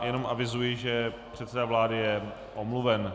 Jenom avizuji, že předseda vlády je omluven.